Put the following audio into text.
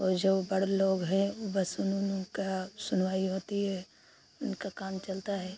और जो बड़े लोग हैं उह बस उन उन उनका सुनवाई होती है उनका काम चलता है